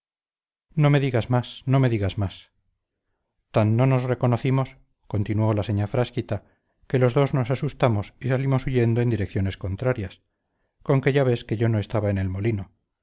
no me digas más no me digas más tan no nos reconocimos continuó la señá frasquita que los dos nos asustamos y salimos huyendo en direcciones contrarias conque ya ves que yo no estaba en el molino